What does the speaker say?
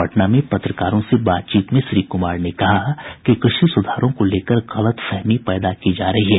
पटना में पत्रकारों से बातचीत में श्री कुमार ने कहा कि कृषि सुधारों को लेकर गलतफहमी पैदा की जा रही है